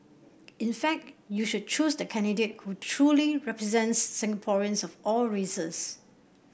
in fact you should choose the candidate who truly represents Singaporeans of all races